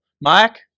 Mike